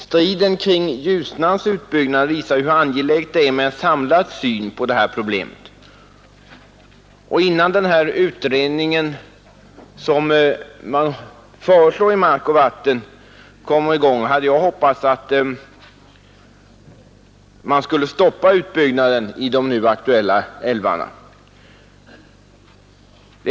Striden kring Ljusnans utbyggnad visar hur angeläget det är med en samlad syn på det här problemet. Jag hade hoppats att man, innan den utredning som man föreslår i ”Hushållning med mark och vatten” kommer i gång, skulle stoppa utbyggnaden i de nu aktuella älvarna.